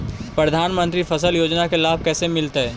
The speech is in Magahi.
प्रधानमंत्री फसल योजना के लाभ कैसे मिलतै?